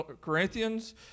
Corinthians